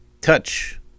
touch